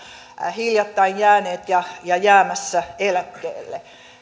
hiljattain jääneet ja ja jäämässä eläkkeelle